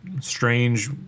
strange